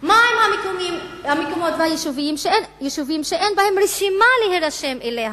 מה עם המקומות והיישובים שאין בהם רשימה להירשם אליה,